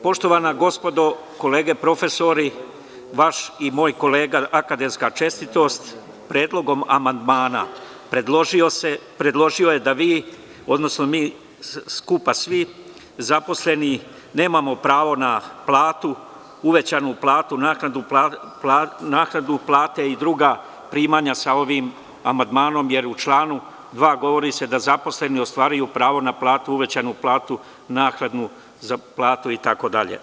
Poštovana gospodo, kolege profesori, vaš i moj kolega, akademska čestitost, predlogom amandmana predložio je da vi, odnosno mi, skupa svi, zaposleni nemamo pravo na platu, uvećanu platu, naknadu plate i druga primanja sa ovim amandmanom, jer se u članu 2. govori da zaposleni ostvaruju pravo na platu, uvećanu platu, naknadu za platu, itd.